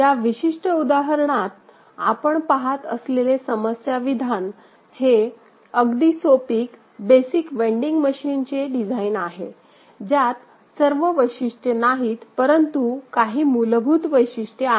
या विशिष्ट उदाहरणातआपण पाहत असलेले समस्या विधान हेअगदी सोपी बेसिक वेंडिंग मशीनचे डिझाइन आहे ज्यात सर्व वैशिष्ट्ये नाहीत परंतु काही मूलभूत वैशिष्ट्ये आहेत